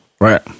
Right